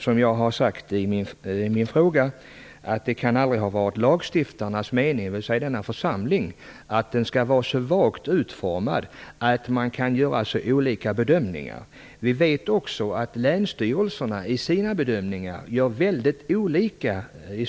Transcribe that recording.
Som jag sade i min fråga kan det aldrig ha varit lagstiftarnas, dvs. denna församlings, mening att lagstiftningen skall vara så vagt utformad att det går att göra så olika bedömningar av hur den skall tillämpas. Vi vet också att länsstyrelserna gör väldigt olika bedömningar.